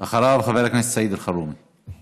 אחריו, חבר הכנסת סעיד אלחרומי.